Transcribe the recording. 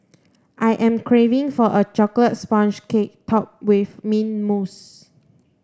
I am craving for a chocolate sponge cake topped with mint mousse